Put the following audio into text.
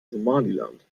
somaliland